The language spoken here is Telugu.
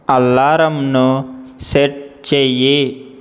అల్లారంను సెట్ చెయ్యి